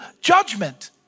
judgment